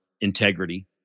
integrity